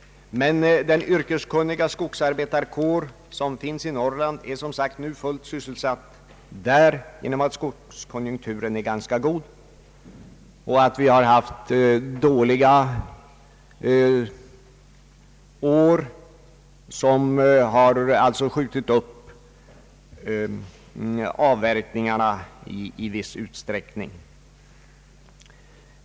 Men den yrkeskunniga skogsarbetarkår som finns i Norrland är nu fullt sysselsatt där, genom att skogskonjunkturen är ganska god och genom att vi tidigare har haft dåliga år, som skjutit upp avverkningarna i viss utsträckning.